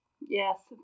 Yes